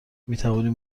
میتوانیم